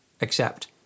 accept